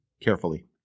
carefully